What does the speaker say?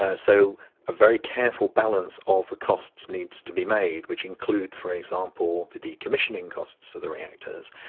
ah so a very careful balance of the costs needs to be made, which includes, for example, the decommissioning costs for the reactors,